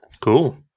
Cool